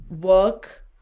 work